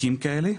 תיקים כאלה,